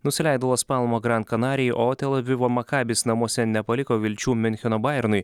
nusileido los palmo grand kanarijai o tel avivo makabis namuose nepaliko vilčių miuncheno baironui